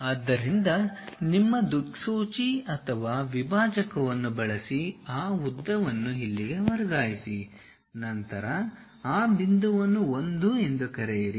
ಆದ್ದರಿಂದ ನಿಮ್ಮ ದಿಕ್ಸೂಚಿ ಅಥವಾ ವಿಭಾಜಕವನ್ನು ಬಳಸಿ ಆ ಉದ್ದವನ್ನು ಇಲ್ಲಿಗೆ ವರ್ಗಾಯಿಸಿ ನಂತರ ಆ ಬಿಂದುವನ್ನು 1 ಎಂದು ಕರೆಯಿರಿ